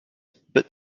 but